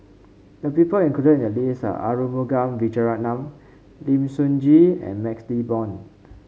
the people included in the list are Arumugam Vijiaratnam Lim Sun Gee and MaxLe Blond